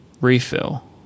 refill